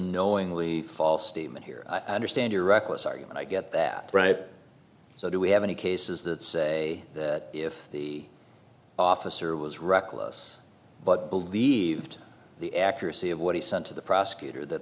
knowingly false statement here under stand your reckless argument i get that right so do we have any cases that say if the officer was reckless but believed the accuracy of what he sent to the prosecutor that